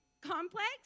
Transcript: Complex